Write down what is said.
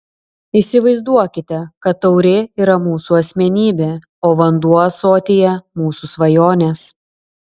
įsivaizduokite kad taurė yra mūsų asmenybė o vanduo ąsotyje mūsų svajonės